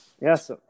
Yes